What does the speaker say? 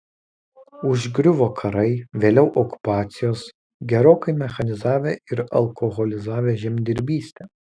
užgriuvo karai vėliau okupacijos gerokai mechanizavę ir alkoholizavę žemdirbystę